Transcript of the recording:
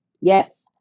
Yes